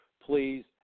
Please